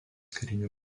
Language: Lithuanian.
karinių